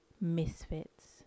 misfits